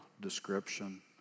description